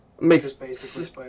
makes